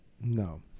No